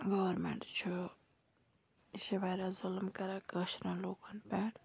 government چھُ یہِ چھِ واریاہ ظُلم کَران کٲشرٮ۪ن لوٗکَن پٮ۪ٹھ